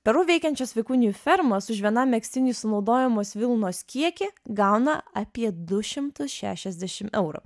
peru veikiančios vikunijų fermos už vienam megztiniui sunaudojamos vilnos kiekį gauna apie du šimtus šešiasdešimt eurų